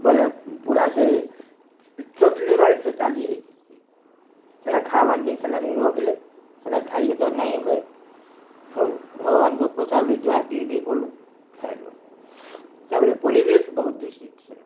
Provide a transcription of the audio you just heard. ବୋଇଲେ ପୁରା ସେ ଚଟନି ଭଳି ସେ ଡାଲି ହେଇଛି ସେ ସେଇଟା ଖାଇବାର୍ କେ ସେଇଟା ରଖିଲେ ସେଇଟା ଖାଇକି ତ ନେଇଁ ହୁଏ ହଉ ଭଗବାନଙ୍କ ପ୍ରସାଦ ଯାହା ଟିକେ କଲୁ ଖାଇଲୁ ତା'ପରେ ପରିବେଶ ବହୁତ ଦୂଷିତ ସେନ